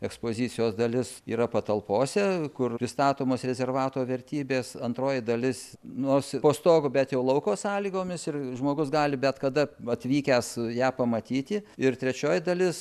ekspozicijos dalis yra patalpose kur pristatomos rezervato vertybės antroji dalis nors ir po stogu bet jau lauko sąlygomis ir žmogus gali bet kada atvykęs ją pamatyti ir trečioji dalis